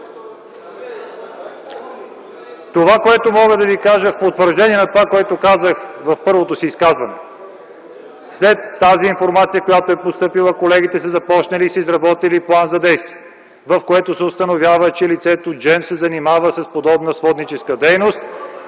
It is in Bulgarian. Това, което мога да ви кажа в потвърждение на това, което казах в първото си изказване – след тази информация, която е постъпила, колегите са започнали и са изработили план за действие, в който се установява, че лицето Джем се занимава с подобна сводническа дейност